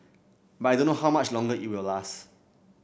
but I don't know how much longer it will last